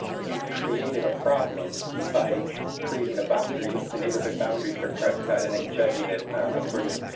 you've created a problem by creating a boundary, a neighborhood boundary for prescott. and then judging it according,